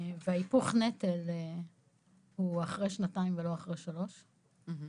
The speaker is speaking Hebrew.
והיפוך הנטל הוא אחרי שנתיים ולא אחרי שלוש שנים,